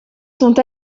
sont